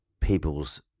people's